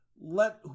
let